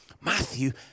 Matthew